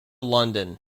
london